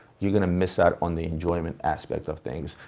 you're gonna miss out on the enjoyment aspect of things.